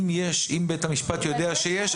אם בית המשפט יודע שיש,